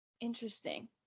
Interesting